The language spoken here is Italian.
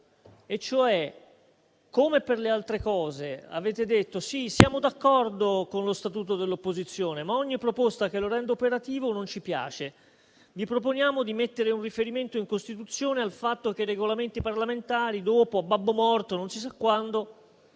e cioè, come per le altre cose, avete detto: sì, siamo d'accordo con lo Statuto dell'opposizione, ma ogni proposta che lo rende operativo non ci piace; vi proponiamo di mettere un riferimento in Costituzione al fatto che i Regolamenti parlamentari, dopo, a babbo morto, non si sa quando,